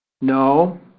No